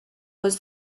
was